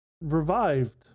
revived